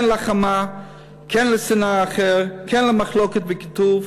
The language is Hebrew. כן להחרמה, כן לשנאת האחר, כן למחלוקת וקיטוב,